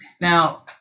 Now